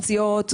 פציעות,